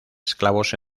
esclavos